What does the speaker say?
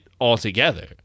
altogether